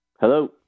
Hello